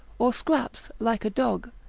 or scraps like a dog,